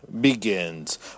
begins